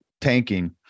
Tanking